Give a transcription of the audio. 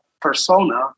persona